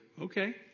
okay